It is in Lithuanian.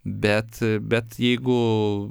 bet bet jeigu